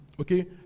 Okay